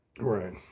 Right